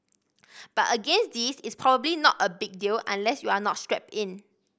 but again this is probably not a big deal unless you are not strapped in